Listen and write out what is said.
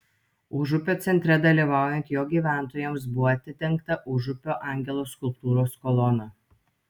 užupio centre dalyvaujant jo gyventojams buvo atidengta užupio angelo skulptūros kolona